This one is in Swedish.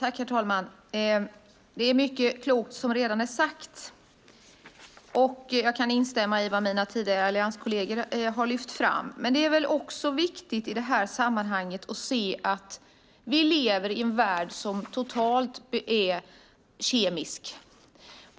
Herr talman! Det är mycket klokt som redan är sagt. Jag kan instämma i det mina allianskolleger tidigare har lyft fram. I det här sammanhanget är det också viktigt att se att vi lever i en värld som är totalt kemisk.